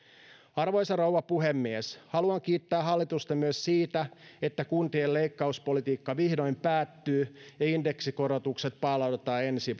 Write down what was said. arvoisa rouva puhemies haluan kiittää hallitusta myös siitä että kuntien leikkauspolitiikka vihdoin päättyy ja indeksikorotukset palautetaan ensi